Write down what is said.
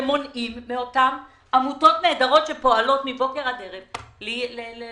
תמנעו מאותן עמותות נהדרות שפועלות מבוקר עד ערב לקרוס.